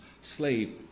slave